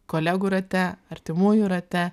kolegų rate artimųjų rate